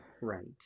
Right